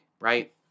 right